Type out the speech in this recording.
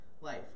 life